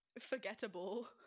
Forgettable